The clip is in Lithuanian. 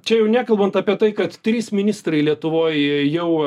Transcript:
čia jau nekalbant apie tai kad trys ministrai lietuvoj jau